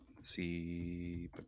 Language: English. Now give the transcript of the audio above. see